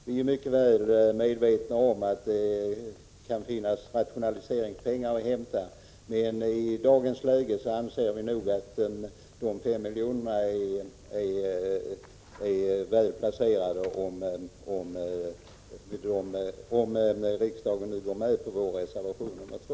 Vi är mycket väl medvetna om att det kan finnas rationaliseringspengar att hämta, men i dagens läge anser vi nog att de S miljonerna är väl placerade, om riksdagen nu går med på vår reservation 2.